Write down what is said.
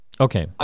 Okay